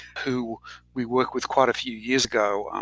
who we worked with quite a few years ago.